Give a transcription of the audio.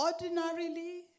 Ordinarily